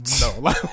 no